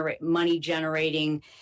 money-generating